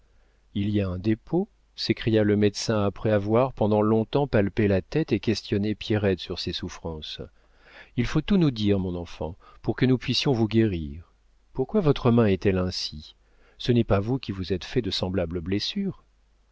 il y a un dépôt s'écria le médecin après avoir pendant longtemps palpé la tête et questionné pierrette sur ses souffrances il faut tout nous dire mon enfant pour que nous puissions vous guérir pourquoi votre main est-elle ainsi ce n'est pas vous qui vous êtes fait de semblables blessures